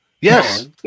yes